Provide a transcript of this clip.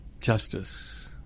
justice